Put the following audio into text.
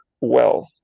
wealth